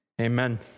Amen